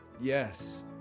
Yes